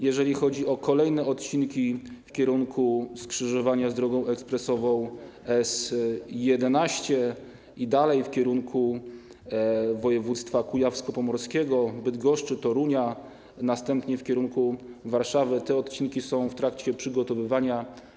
Jeżeli chodzi o kolejne odcinki w kierunku skrzyżowania z drogą ekspresową S11 i dalej w kierunku województwa kujawsko-pomorskiego, Bydgoszczy, Torunia, następnie w kierunku Warszawy, te odcinki są w trakcie przygotowywania.